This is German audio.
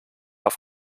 auf